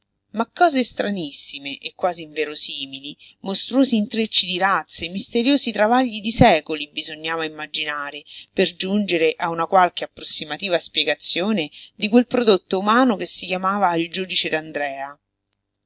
ma cose stranissime e quasi inverosimili mostruosi intrecci di razze misteriosi travagli di secoli bisognava immaginare per giungere a una qualche approssimativa spiegazione di quel prodotto umano che si chiamava il giudice d'andrea